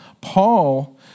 Paul